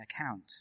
account